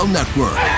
Network